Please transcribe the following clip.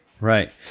right